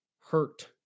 hurt